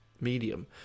medium